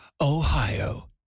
Ohio